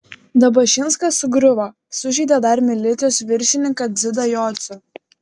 dabašinskas sugriuvo sužeidė dar milicijos viršininką dzidą jocių